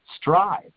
strive